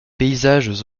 paysages